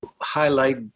highlight